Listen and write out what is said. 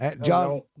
John